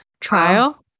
trial